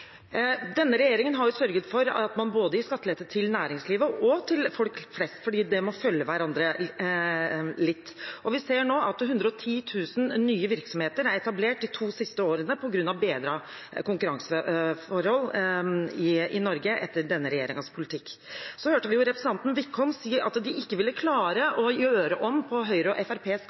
Denne regjeringen har sørget for at man både gir skatteletter til næringslivet og til folk flest, for det må følge hverandre litt. Vi ser nå at 110 000 nye virksomheter er etablert de to siste årene på grunn av bedrede konkurranseforhold i Norge etter denne regjeringens politikk. Så hørte vi representanten Wickholm si at de ikke ville klare å gjøre om på Høyre og